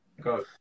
Go